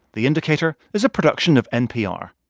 the indicator is a production of npr